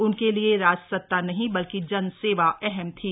उनके लिए राजसता नहीं बल्कि जन सेवा अहम थी